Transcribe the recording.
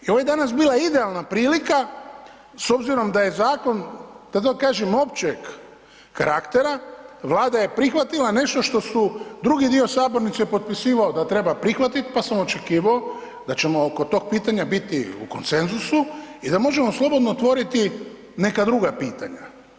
I ovo je danas bila idealna prilika s obzirom da je zakon da tako kažem općeg karaktera Vlada je prihvatila nešto što su drugi dio sabornice potpisivao da treba prihvatiti pa sam očekivao da ćemo oko tog pitanja biti u konsenzusu i da možemo slobodno otvoriti neka druga pitanja.